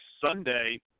Sunday